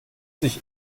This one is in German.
sich